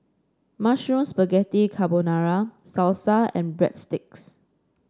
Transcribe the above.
Mushroom Spaghetti Carbonara Salsa and Breadsticks